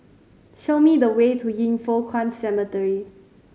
show me the way to Yin Foh Kuan Cemetery